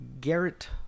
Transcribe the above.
Garrett